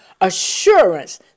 assurance